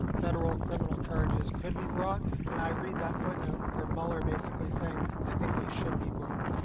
federal criminal charges could be brought, and i read that footnote for mueller basically saying i think they should be brought.